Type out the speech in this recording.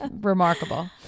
remarkable